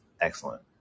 excellent